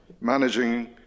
managing